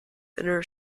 inner